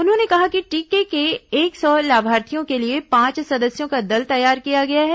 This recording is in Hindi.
उन्होंने कहा कि टीके के एक सौ लाभार्थियों के लिए पांच सदस्यों का दल तैयार किया गया है